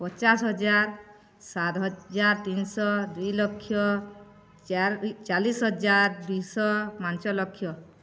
ପଚାଶ ହଜାର ସାତ ହଜାର ତିନିଶହ ଦୁଇ ଲକ୍ଷ ଚାର ଚାଳିଶ ହଜାର ଦୁଇ ଶହ ପାଞ୍ଚଲକ୍ଷ